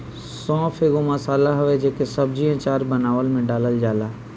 सौंफ एगो मसाला हवे जेके सब्जी, अचार बानवे में डालल जाला